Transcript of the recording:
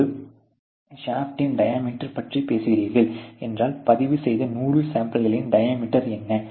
ஒரு ஷாப்ட்டின் டயமீட்டர் பற்றி பேசுகிறீர்கள் என்றால் பதிவு செய்த 100 சாம்பிள்களின் டயமீட்டர் என்ன